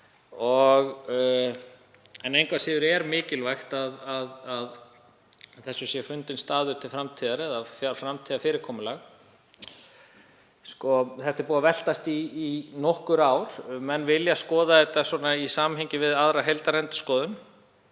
Engu að síður er mikilvægt að þessu sé fundinn staður til framtíðar eða framtíðarfyrirkomulag. Þetta er búið að veltast í nokkur ár. Menn vilja skoða þetta í samhengi við aðra heildarendurskoðun